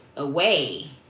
Away